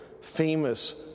famous